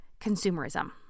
consumerism